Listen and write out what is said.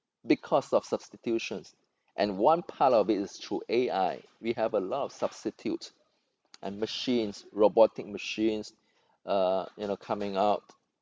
because of substitutions and one part of it is through A_I we have a lot of substitute and machines robotic machines uh you know coming out